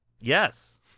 Yes